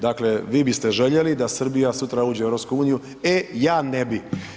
Dakle, vi biste željeli da Srbija sutra uđe u EU, e ja ne bi.